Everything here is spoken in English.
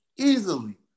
Easily